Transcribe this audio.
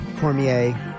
Cormier